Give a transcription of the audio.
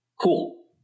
cool